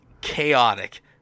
chaotic